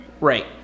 right